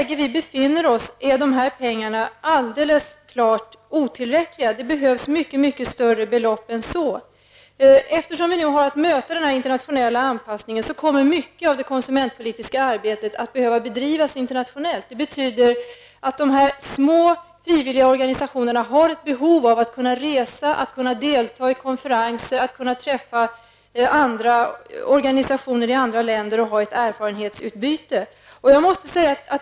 Men i dagens läge är dessa pengar helt klart otillräckliga. Det behövs mycket större belopp än så. Eftersom vi i Sverige har att möta den internationella anpassningen kommer mycket av det konsumentpolitiska arbetet att behöva bedrivas internationellt, vilket betyder att de små frivilliga organisationerna har ett behov av att kunna resa, kunna delta i konferenser och att kunna ha ett erfarenhetsutbyte med företrädare för organisationer i andra länder.